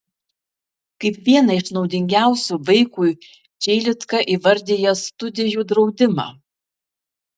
kaip vieną iš naudingiausių vaikui čeilitka įvardija studijų draudimą